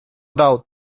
doubt